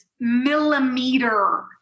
millimeter